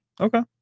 Okay